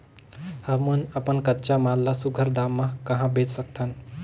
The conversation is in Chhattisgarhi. हमन अपन कच्चा माल ल सुघ्घर दाम म कहा बेच सकथन?